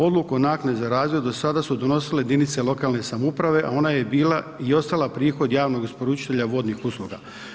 Odluku o naknadi za razvoj do sada su donosile jedinice lokalne samouprave a ona je bila i ostala prihod javnog isporučitelja vodnih usluga.